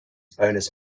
bonus